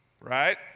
Right